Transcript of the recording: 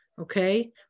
Okay